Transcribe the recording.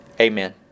Amen